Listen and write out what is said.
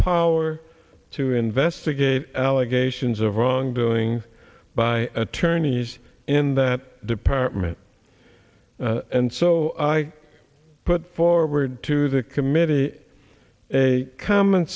power to investigate allegations of wrongdoing by attorneys in that department and so i put forward to the committee a